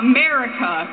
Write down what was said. America